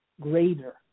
greater